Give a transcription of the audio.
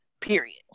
Period